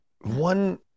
one